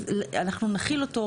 אנחנו נחיל אותו,